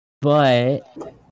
but-